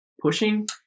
pushing